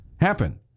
happen